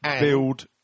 build